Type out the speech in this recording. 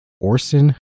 Orson